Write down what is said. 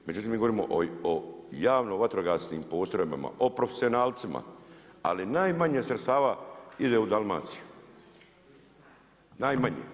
Međutim, mi govorimo o javno vatrogasnim postrojbama, o profesionalcima, a najmanje sredstava ide u Dalmaciju, najmanje.